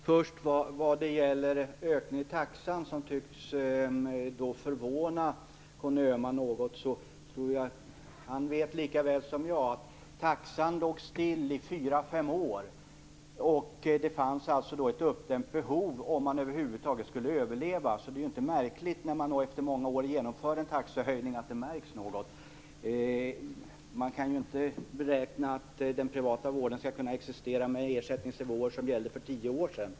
Fru talman! När det först gäller ökningen av taxan, som tycks förvåna Conny Öhman något, vet han lika väl som jag att taxan låg still i fyra fem år. Det fanns ett uppdämt behov för att man över huvud taget skulle överleva. Det är inte märkligt när man efter många år genomför en taxehöjning att det märks något. Man kan inte räkna med att den privata vården skall kunna existera med ersättningsnivåer som gällde för tio år sedan.